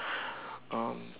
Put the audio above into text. um